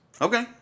Okay